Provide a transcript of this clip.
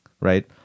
right